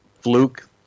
fluke